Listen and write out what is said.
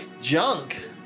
Junk